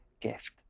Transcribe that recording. gift